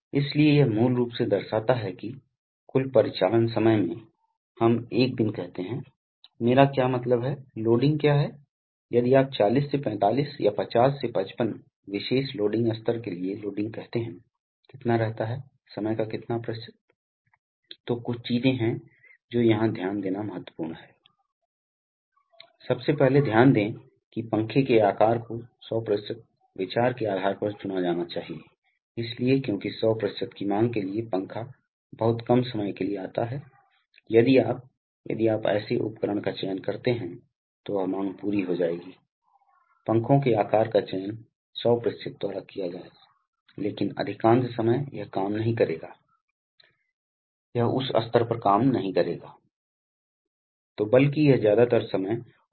hydraulics की तरह ही विभिन्न प्रकार के नियंत्रण उपकरण हैं जो यहां भी उपयोग किए जाते हैं इसलिए आपके पास दबाव नियंत्रण उपकरण जैसे दबाव नियामक हैं आपके पास चेक वाल्व हैं जो प्रवाह को नियंत्रित करते हैं जो एक निश्चित दिशा में प्रवाह की अनुमति देता है और दूसरी दिशा में प्रवाह की अनुमति नहीं देता है फिर प्रवाह नियंत्रण वाल्व हैं इस मामले में प्रवाह नियंत्रण वाल्व हैं वे नहीं हैं वे आप मुख्य रूप से गति की गति को नियंत्रित करने के लिए उपयोग किए जाते हैं इसलिए कभी कभी आपको पता है कि आपको इसकी आवश्यकता है आप उदाहरण के लिए मेरा मतलब है हाइड्रोलिक्स के मामले में हमने देखा है कि जब आप लोड चला रहे होते हैं तो आमतौर पर आपको धीमी गति की आवश्यकता होती है